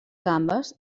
gambes